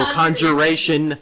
conjuration